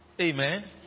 Amen